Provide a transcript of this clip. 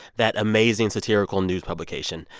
that amazing satirical news publication.